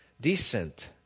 decent